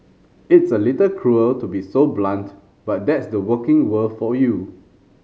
it's a little cruel to be so blunt but that's the working world for you